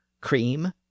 cream